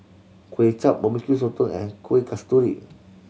Kuay Chap Barbecue Sotong and Kuih Kasturi